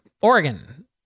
Oregon